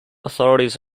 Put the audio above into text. authorities